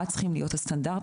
מה צריכים להיות הסטנדרטים.